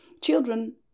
children